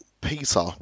Peter